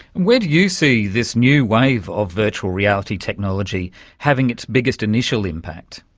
where do you see this new wave of virtual reality technology having its biggest initial impact?